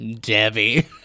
Debbie